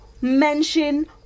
mention